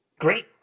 great